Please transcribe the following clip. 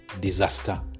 disaster